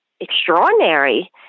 extraordinary